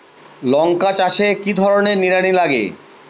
লঙ্কা চাষে কি ধরনের নিড়ানি লাগে?